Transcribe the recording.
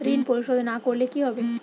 ঋণ পরিশোধ না করলে কি হবে?